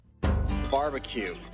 Barbecue